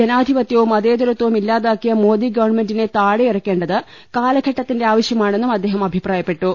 ജനാധിപത്യവും മതേതരത്വവും ഇല്ലാതാക്കിയ മോദി ഗവൺമെൻറിനെ താഴെ ഇറക്കേണ്ടത് കാലഘട്ടത്തിന്റെ ആവശ്യമാണെന്നും അദ്ദേഹം അഭിപ്രായപ്പെട്ടു